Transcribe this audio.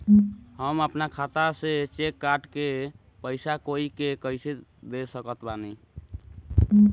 हम अपना खाता से चेक काट के पैसा कोई के कैसे दे सकत बानी?